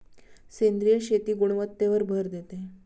सेंद्रिय शेती गुणवत्तेवर भर देते